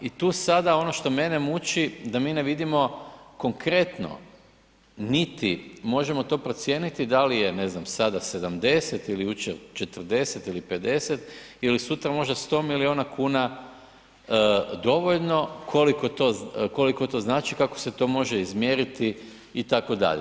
I tu sada ono što mene muči da mi ne vidimo konkretno niti možemo to procijeniti da li je ne znam sada 70 ili jučer 40 ili 50 ili sutra možda 100 milijuna kuna dovoljno koliko to znači, kako se to može izmjeriti itd.